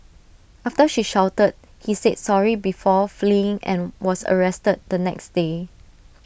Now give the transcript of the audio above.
after she shouted he said sorry before fleeing and was arrested the next day